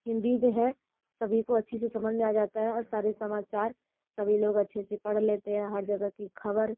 हिन्दी में है सभी को अच्छी से समझ में आ जाता है हर सारे समाचार सभी लोग अच्छे से पढ़ लेते हैं हर जगह की खबर